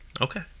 Okay